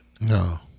No